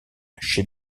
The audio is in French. chez